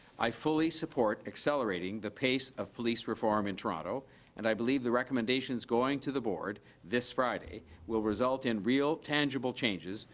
i fully support accelerating the pace of police reform in toronto and i believe the recommendations going to the board this friday will result in real tangible changes,